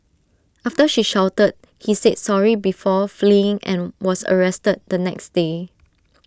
after she shouted he said sorry before fleeing and was arrested the next day